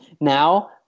Now